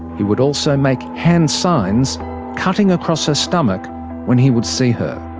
he would also make hand signs cutting across her stomach when he would see her.